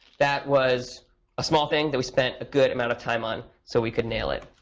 that was a small thing that we spent a good amount of time on, so we could nail it.